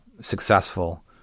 successful